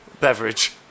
beverage